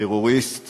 טרוריסט